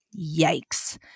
Yikes